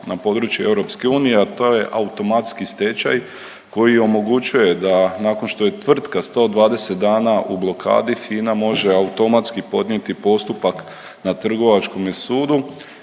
na području EU, a to je automatski stečaj koji omogućuje da, nakon što je tvrtka 120 dana u blokadi, FINA može automatski podnijeti postupak na trgovačkome sudu